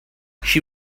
she